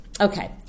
Okay